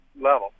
level